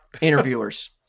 interviewers